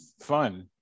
fun